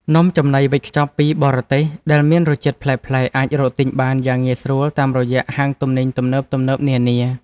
នំចំណីវេចខ្ចប់ពីបរទេសដែលមានរសជាតិប្លែកៗអាចរកទិញបានយ៉ាងងាយស្រួលតាមរយៈហាងទំនិញទំនើបៗនានា។